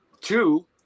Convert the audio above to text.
two